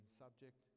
subject